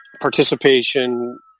participation